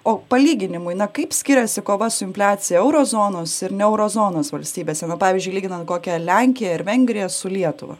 o palyginimui na kaip skiriasi kova su infliacija euro zonos ir ne euro zonos valstybėse na pavyzdžiui lyginant kokią lenkiją ir vengriją su lietuva